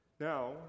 Now